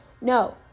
No